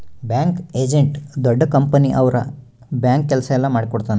bank agent ದೊಡ್ಡ company ಅವ್ರ bank ಕೆಲ್ಸ ಎಲ್ಲ ಮಾಡಿಕೊಡ್ತನ